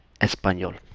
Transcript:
español